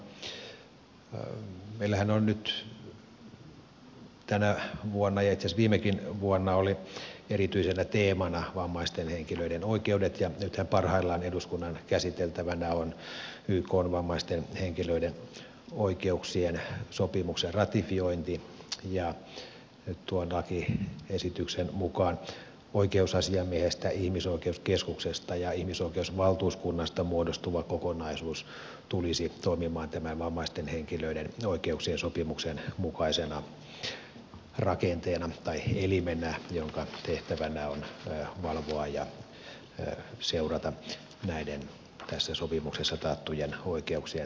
meillähän on nyt tänä vuonna ja itse asiassa viimekin vuonna oli erityisenä teemana vammaisten henkilöiden oikeudet ja nythän parhaillaan eduskunnan käsiteltävänä on ykn vammaisten henkilöiden oikeuksien sopimuksen ratifiointi ja tuon lakiesityksen mukaan oikeusasiamiehestä ihmisoikeuskeskuksesta ja ihmisoikeusvaltuuskunnasta muodostuva kokonaisuus tulisi toimimaan tämän vammaisten henkilöiden oikeuksien sopimuksen mukaisena rakenteena tai elimenä jonka tehtävänä on valvoa ja seurata tässä sopimuksessa taattujen oikeuksien toteutumista